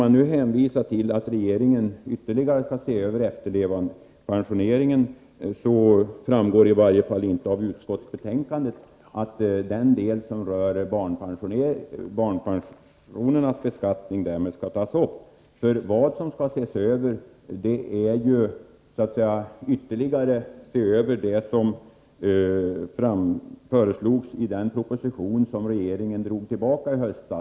Man hänvisar nu till att regeringen ytterligare skall se över efterlevandepensioneringen. Det framgår i varje fall inte av utskottsbetänkandet att den del som rör barnpensionernas beskattning därmed skall tas upp. Vad som skall ses över är ju de frågor som togs upp i den proposition som regeringen i höstas drog tillbaka.